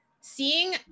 seeing